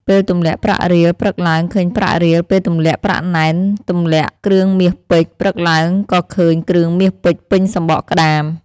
ពេលទម្លាក់ប្រាក់រៀលព្រឹកឡើងឃើញប្រាក់រៀល ពេលទម្លាក់ប្រាក់ណែនទម្លាក់គ្រឿងមាសពេជ្រ ព្រឹកឡើងក៏ឃើញគ្រឿងមាសពេជ្រពេញសំបកក្ដាម។